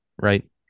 right